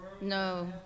No